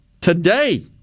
Today